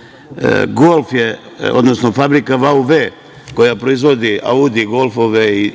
svog pogona. Fabrika VW koja proizvodi "Audi", "Golfove"